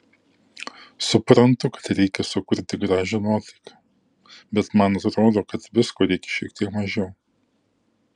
suprantu kad reikia sukurti gražią nuotaiką bet man atrodo kad visko reikia šiek tiek mažiau